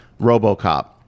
RoboCop